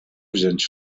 wziąć